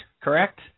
correct